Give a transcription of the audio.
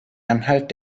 anhalt